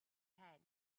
head